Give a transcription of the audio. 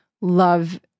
love